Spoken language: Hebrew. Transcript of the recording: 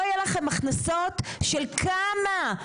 לא יהיה לכם הכנסות של כמה,